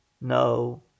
no